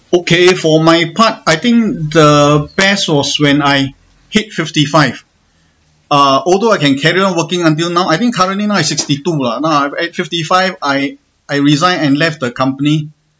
okay for my part I think the best was when I hit fifty five ah although I can carry on working until now I think currently now sixty two lah now eh fifty five I I resign and left the company